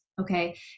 Okay